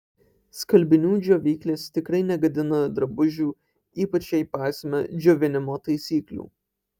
skalbinių džiovyklės tikrai negadina drabužių ypač jei paisome džiovinimo taisyklių